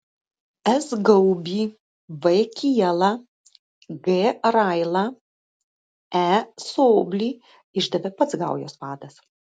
s gaubį v kielą g railą e soblį išdavė pats gaujos vadas